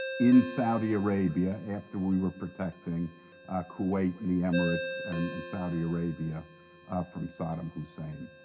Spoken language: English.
in saudi arabia after we were protecting kuwait and the emirates and and saudi arabia from saddam hussein.